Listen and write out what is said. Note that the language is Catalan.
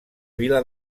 vila